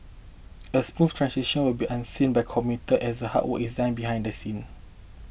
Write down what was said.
a smooth transition will be one unseen by commuter as the hard work is done behind the scene